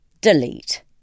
Delete